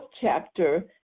chapter